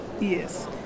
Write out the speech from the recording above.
Yes